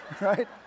right